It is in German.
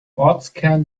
ortskern